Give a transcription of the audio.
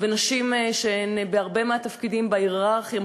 ונשים שהן מוחלשות ברבים מן התפקידים בהייררכיה,